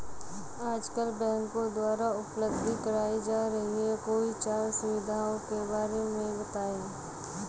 आजकल बैंकों द्वारा उपलब्ध कराई जा रही कोई चार सुविधाओं के बारे में बताइए?